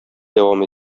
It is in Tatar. дәвам